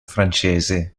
francese